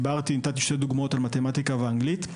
ונתתי שתי דוגמאות על מתמטיקה ואנגלית,